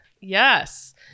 Yes